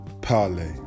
Parley